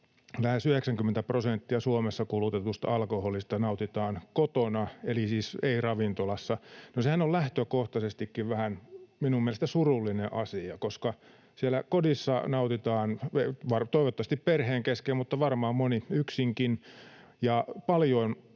että lähes 90 prosenttia Suomessa kulutetusta alkoholista nautitaan kotona, eli siis ei ravintolassa. No, sehän on lähtökohtaisestikin minun mielestäni vähän surullinen asia, koska siellä kodissa nautitaan sitä toivottavasti perheen kesken mutta varmaan moni yksinkin,